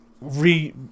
re